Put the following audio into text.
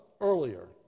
earlier